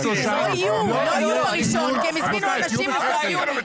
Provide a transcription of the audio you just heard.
המסקנות לא יהיו ב-1 ביולי כי הם הזמינו אנשים ליולי.